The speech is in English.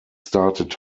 started